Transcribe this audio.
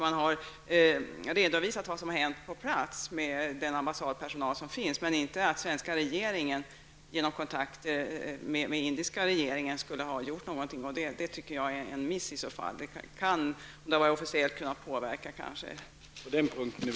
Man har redovisat vad som har hänt på plats med hjälp av den ambassadpersonal som där finns, men inte att svenska regeringen genom kontakter med den indiska regeringen skulle ha gjort någonting. Det är i så fall en miss. Detta hade kanske också kunnat påverka.